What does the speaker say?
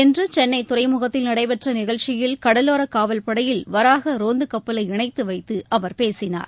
இன்று சென்னை துறைமுகத்தில் நடைபெற்ற நிகழ்ச்சியில் கடலோர காவல் படையில் வராஹ ரோந்து கப்பலை இணைத்து வைத்து அவர் பேசினார்